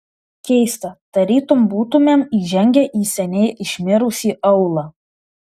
keista tarytum būtumėm įžengę į seniai išmirusį aūlą